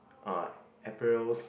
uh apparels